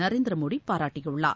நரேந்திரமோடிபாராட்டியுள்ளார்